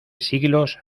siglos